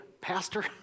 Pastor